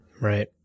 Right